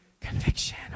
conviction